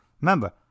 remember